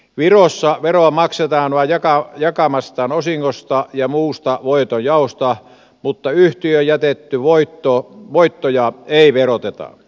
virossa veroa maksetaan vain jaetusta osingosta ja muusta voitonjaosta mutta yhtiöön jätettyjä voittoja ei veroteta